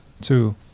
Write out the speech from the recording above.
two